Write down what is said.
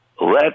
Let